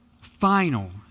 final